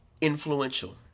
influential